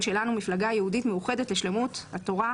שלנו מפלגה יהודית מאוחדת לשלמות התורה,